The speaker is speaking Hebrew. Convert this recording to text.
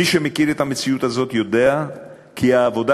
מי שמכיר את המציאות הזאת יודע כי העבודה